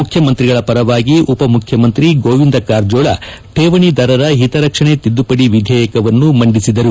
ಮುಖ್ಯಮಂತ್ರಿಗಳ ಪರವಾಗಿ ಉಪಮುಖ್ಯಮಂತ್ರಿ ಗೋವಿಂದ ಕಾರಜೋಳ ಕೇವಣಿದಾರರ ಹಿತರಕ್ಷಣೆ ತಿದ್ದುಪಡಿ ವಿದೇಯಕವನ್ನು ಮಂಡಿಸಿದರು